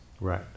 Right